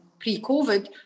pre-covid